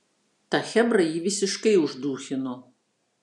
ta chebra jį visiškai uždūchino